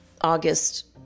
August